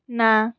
ନା